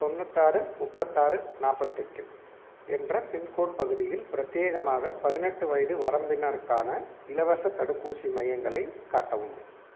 தொண்ணூத்தாறு முப்பத்தாறு நாற்பத்தெட்டு என்ற பின்கோடு பகுதியில் பிரத்யேகமாக பதினெட்டு வயது வரம்பினருக்கான இலவசத் தடுப்பூசி மையங்களை காட்டவும்